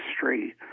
history